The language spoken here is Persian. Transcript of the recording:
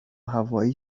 هوایی